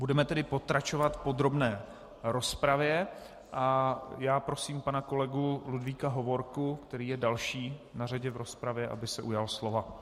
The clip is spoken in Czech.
Budeme tedy pokračovat v podrobné rozpravě a já prosím pana kolegu Ludvíka Hovorku, který je další na řadě v rozpravě, aby se ujal slova.